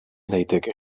daiteke